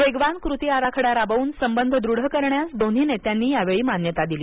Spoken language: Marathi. वेगवान कृती आराखडा राबवून संबंध दृढ करण्यास दोन्ही नेत्यांनी यावेळी मान्यता दिली